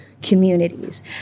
communities